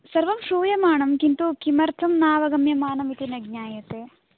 सर्वं श्रूयमाणं किन्तु किमर्थं नावगम्यमानं न ज्ञायते